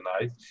tonight